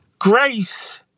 grace